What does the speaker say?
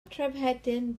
trefhedyn